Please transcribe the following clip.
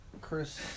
Chris